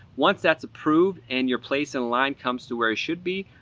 once that's approved and your place in line comes to where it should be,